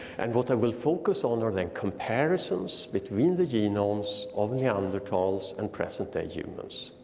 and what i will focus on are the comparisons between the genomes of neanderthals and present day humans.